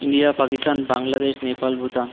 India Pakistan Bangladesh Nepal Bhutan